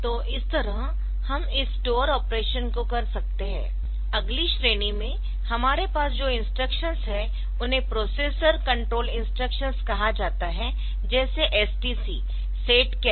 तो इस तरह हम इस स्टोर ऑपरेशन को कर सकते है अगली श्रेणी में हमारे पास जो इंस्ट्रक्शंस है उन्हें प्रोसेसर कंट्रोल इंस्ट्रक्शंस कहा जाता है जैसे STC सेट कैरी